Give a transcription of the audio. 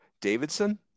davidson